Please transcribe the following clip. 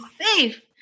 safe